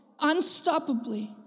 unstoppably